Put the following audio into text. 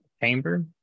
Chamber